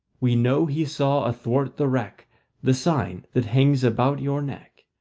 we know he saw athwart the wreck the sign that hangs about your neck,